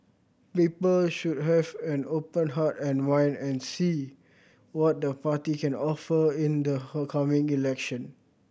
people should have an open heart and mind and see what the party can offer in the coming election